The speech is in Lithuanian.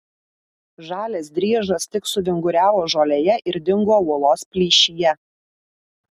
žalias driežas tik suvinguriavo žolėje ir dingo uolos plyšyje